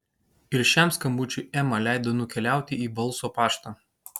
ir šiam skambučiui ema leido nukeliauti į balso paštą